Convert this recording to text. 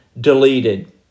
deleted